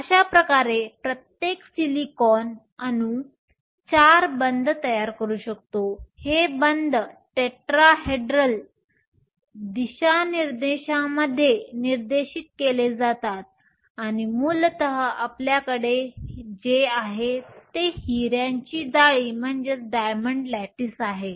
अशाप्रकारे प्रत्येक सिलिकॉन अणू चार बंध तयार करू शकतो हे बंध टेट्राहेड्रल दिशानिर्देशांमध्ये निर्देशित केले जातात आणि मूलत आपल्याकडे जे आहे ते हीऱ्याची जाळी डायमंड लॅटीस आहे